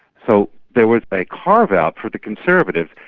so there was a carve out for the conservatives.